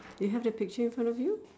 you have the picture in front of you